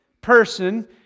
person